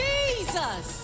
Jesus